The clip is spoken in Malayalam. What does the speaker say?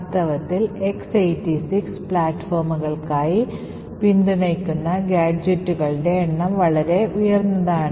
വാസ്തവത്തിൽ X86 പ്ലാറ്റ്ഫോമുകൾക്കായി പിന്തുണയ്ക്കുന്ന ഗാഡ്ജെറ്റുകളുടെ എണ്ണം വളരെ ഉയർന്നതാണ്